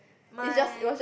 my